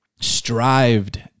strived